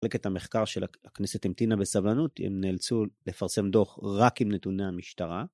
מחלקת המחקר של הכנסת המתינה בסבלנות הם נאלצו לפרסם דוח רק עם נתוני המשטרה